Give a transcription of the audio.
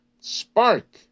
spark